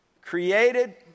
created